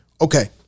okay